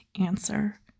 answer